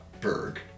Berg